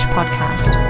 Podcast